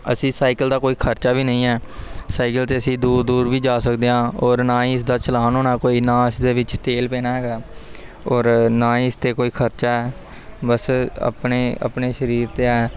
ਅਸੀਂ ਸਾਈਕਲ ਦਾ ਕੋਈ ਖਰਚਾ ਵੀ ਨਹੀਂ ਹੈ ਸਾਈਕਲ 'ਤੇ ਅਸੀਂ ਦੂਰ ਦੂਰ ਵੀ ਜਾ ਸਕਦੇ ਹਾਂ ਔਰ ਨਾ ਹੀ ਇਸ ਦਾ ਚਲਾਨ ਹੋਣਾ ਕੋਈ ਨਾ ਇਸ ਦੇ ਵਿੱਚ ਤੇਲ ਪੈਣਾ ਹੈਗਾ ਔਰ ਨਾ ਹੀ ਇਸ 'ਤੇ ਕੋਈ ਖਰਚਾ ਹੈ ਬਸ ਆਪਣੇ ਆਪਣੇ ਸਰੀਰ 'ਤੇ ਹੈ